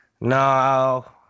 No